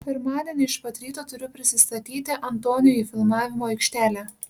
pirmadienį iš pat ryto turiu prisistatyti antonijui į filmavimo aikštelę